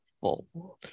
fold